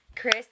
Chris